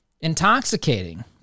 intoxicating